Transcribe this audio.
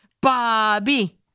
Bobby